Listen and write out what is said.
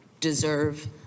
deserve